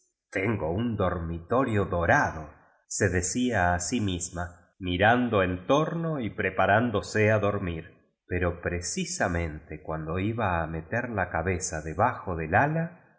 tengo un dormitorio dorado se decía a sí misma mirando cu torno y preparándose a dormir poro precisamente cuando iba a meter la cabeza debajo dd ala